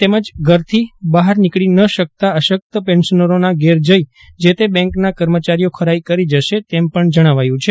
તેમજ ઘરથી બહાર નીકળી ન શકતા અશક્ત પેન્શનરોના ઘેર જઈ જે તે બેંકના કર્મચારીઓ ખરાઈ કરી જશે તેમ પણ જણાવાયું છે